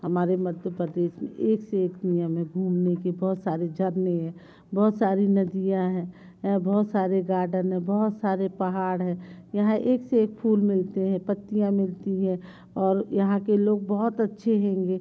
हमारे मध्य प्रदेश में एक से एक दुनिया में घूमने की बहुत सारी झरने हैं बहुत सारी नदियाँ हैं बहुत सारे गार्डन हैं बहुत सारे पहाड़ हैं यहाँ एक से एक फूल मिलते हैं पत्तियाँ मिलती हैं और यहाँ के लोग बहुत अच्छे हैंगे